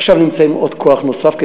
עכשיו נמצא עוד כוח נוסף,